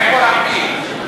איפה לפיד?